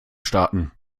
starten